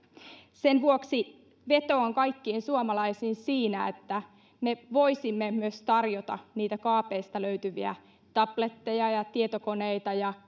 sen vuoksi vetoan kaikkiin suomalaisiin siinä että me voisimme myös tarjota niitä kaapeista löytyviä tabletteja ja tietokoneita ja